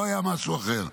לא היה משהו אחר,